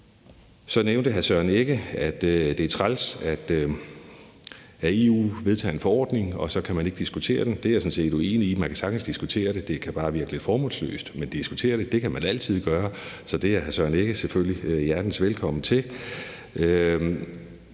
Så nævnte hr. Søren Egge Rasmussen, at det er træls, at EU vedtager en forordning, og at man så ikke kan diskutere den. Det er jeg sådan set uenig i. Man kan sagtens diskutere det. Det kan bare virke lidt formålsløst, men diskutere det kan man altid gøre. Så det er hr. Søren Egge Rasmussen selvfølgelig hjertens velkommen til.